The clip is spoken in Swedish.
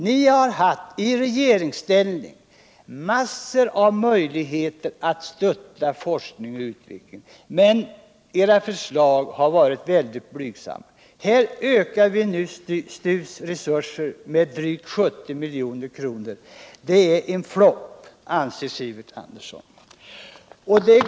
Ni har i regeringsställning haft en mängd möjligheter att stötta forskning och utveckling, men era förslag har varit väldigt blygsamma. Här föreslår vi en ökning av STU:s resurser med drygt 70 milj.kr. Det är en flop, anser Sivert Andersson.